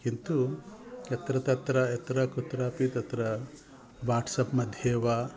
किन्तु यत्र तत्र यत्र कुत्रापि तत्र वाट्सप् मध्ये वा